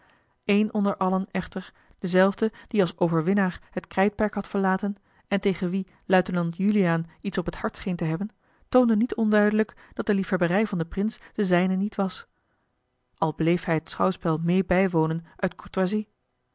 een onder allen echter dezelfde die als overwinnaar het krijtperk had verlaten en tegen wien luitenant juliaan iets op het hart scheen te hebben toonde niet onduidelijk dat de liefhebberij van den prins de zijne niet was al bleef hij het schouwspel meê bijwonen uit